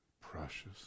Precious